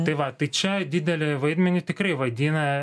tai va tai čia didelį vaidmenį tikrai vaidina